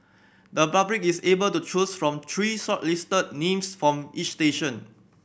the public is able to choose from three shortlisted names for each station